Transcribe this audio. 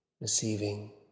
Receiving